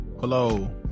Hello